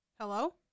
Hello